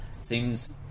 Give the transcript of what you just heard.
Seems